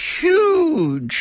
huge